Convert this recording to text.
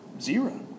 Zero